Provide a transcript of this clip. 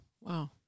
wow